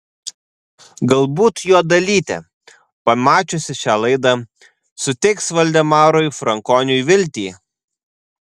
galbūt jo dalytė pamačiusi šią laidą suteiks valdemarui frankoniui viltį